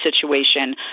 situation